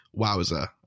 Wowza